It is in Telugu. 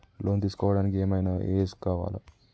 లోన్ తీస్కోవడానికి ఏం ఐనా ఏజ్ కావాలా?